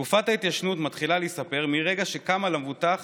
תקופת ההתיישנות מתחילה להיספר מרגע שקמה למבוטח